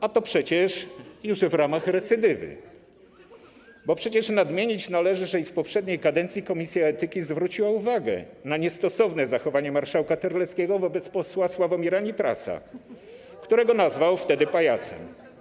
A to przecież już w ramach recydywy, bo należy nadmienić, że i w poprzedniej kadencji komisja etyki zwróciła uwagę na niestosowne zachowanie marszałka Terleckiego wobec posła Sławomira Nitrasa, którego nazwał wtedy pajacem.